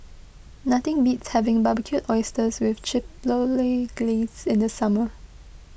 nothing beats having Barbecued Oysters with Chipotle Glaze in the summer